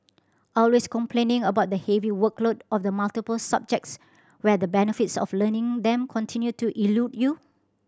always complaining about the heavy workload of the multiple subjects where the benefits of learning them continue to elude you